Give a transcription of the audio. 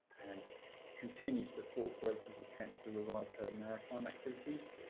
and continues to thwart grace's attempts to revive her maritime activities.